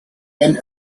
and